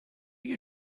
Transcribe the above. you